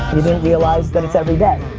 you didn't realize but it's everyday,